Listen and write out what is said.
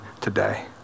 today